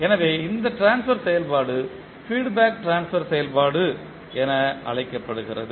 எனவே இந்த ட்ரான்ஸ்பர் செயல்பாடு ஃபீட் பேக் ட்ரான்ஸ்பர் செயல்பாடு என்று அழைக்கப்படுகிறது